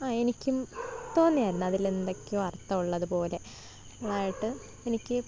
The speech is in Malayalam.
ആ എനിക്കും തോന്നിയായിരുന്നു അതിലെന്തൊക്കെയോ അര്ത്ഥം ഉള്ളതു പോലെ ഉള്ളതായിട്ട് എനിക്ക്